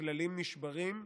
כללים נשברים,